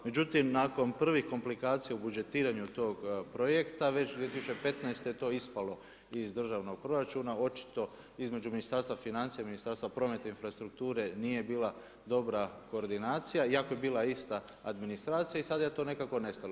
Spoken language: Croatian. Međutim, nakon prvih komplikacija u budžetiranju tog projekta već 2015. je to ispalo iz državnog proračuna, očito između Ministarstva financija i Ministarstva prometa i infrastrukture nije bila dobra koordinacija iako je bila ista administracija i sada je to nekako nestalo.